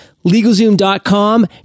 LegalZoom.com